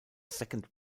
second